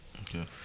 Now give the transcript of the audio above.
Okay